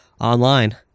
online